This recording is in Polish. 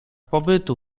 pobytu